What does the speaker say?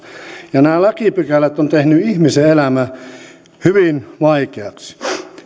ja nämä lakipykälät ovat tehneet ihmisen elämän hyvin vaikeaksi